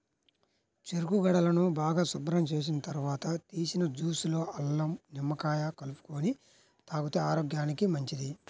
చెరుకు గడలను బాగా శుభ్రం చేసిన తర్వాత తీసిన జ్యూస్ లో అల్లం, నిమ్మకాయ కలుపుకొని తాగితే ఆరోగ్యానికి మంచిది